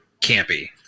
campy